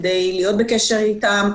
כדי להיות בקשר איתם.